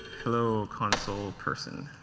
hello, console person.